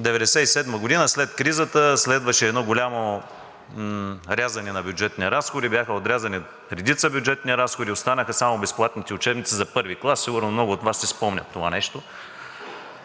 1997 г. след кризата следваше едно голямо рязане на бюджетни разходи. Бяха отрязани редица бюджетни разходи. Останаха само безплатните учебници за I клас. Сигурно много от Вас си спомнят това нещо.